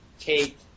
take